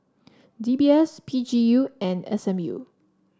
D B S P G U and S M U